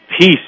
peace